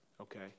Okay